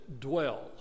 dwell